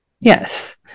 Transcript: Yes